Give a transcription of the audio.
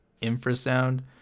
infrasound